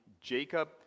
Jacob